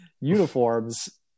uniforms